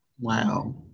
wow